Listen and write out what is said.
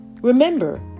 Remember